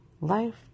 life